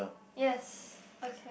yes okay